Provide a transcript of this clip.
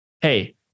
hey